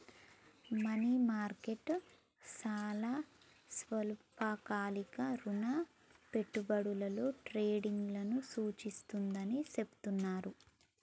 money market చాలా స్వల్పకాలిక రుణ పెట్టుబడులలో ట్రేడింగ్ను సూచిస్తుందని చెబుతున్నరు